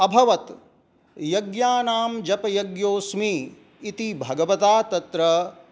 अभवत् यज्ञानां जपयज्ञोऽस्मि इति भगवता तत्र